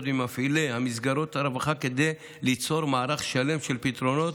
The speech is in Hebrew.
ועם מפעילי מסגרות הרווחה כדי ליצור מערך שלם של פתרונות